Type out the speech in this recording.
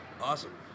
awesome